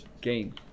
game